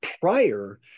prior